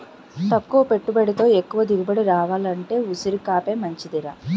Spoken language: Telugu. తక్కువ పెట్టుబడితో ఎక్కువ దిగుబడి రావాలంటే ఉసిరికాపే మంచిదిరా